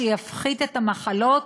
יפחית את המחלות